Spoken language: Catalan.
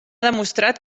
demostrat